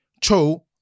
Cho